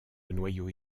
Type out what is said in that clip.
noyau